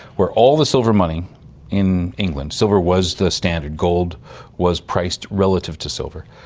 where all the silver money in england, silver was the standard, gold was priced relative to silver,